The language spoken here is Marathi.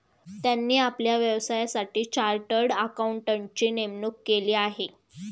त्यांनी आपल्या व्यवसायासाठी चार्टर्ड अकाउंटंटची नेमणूक केली आहे